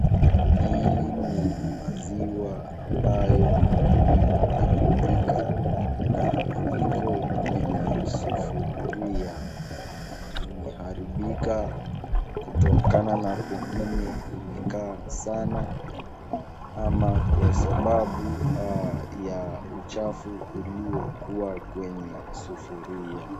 Hii ni maziwa ambayo imeharibika nahiko kwenye sufuri imeharibika kutokana na pengina imekaa sana au kwasababu ya uchafu iliyokuwa kwenye sufuria.